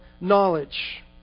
knowledge